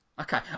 Okay